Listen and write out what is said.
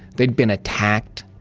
they'd been attacked,